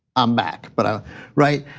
i'm back, but right.